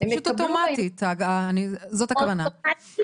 פשוט אוטומטית, זאת הכוונה.